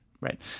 Right